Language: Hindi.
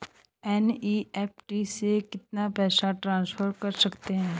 एन.ई.एफ.टी से कितना पैसा ट्रांसफर कर सकते हैं?